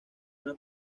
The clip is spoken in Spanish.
una